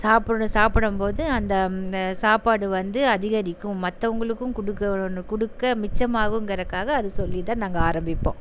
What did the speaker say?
சாப்பிடு சாப்பிடம்போது அந்த சாப்பாடு வந்து அதிகரிக்கும் மற்றவங்களுக்கும் கொடுக்கனு கொடுக்க மிச்சமாகுங்கிறக்காக அது சொல்லிதான் நாங்கள் ஆரம்பிப்போம்